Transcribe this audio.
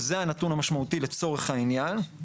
וזה הנתון המשמעותי לצורך העניין,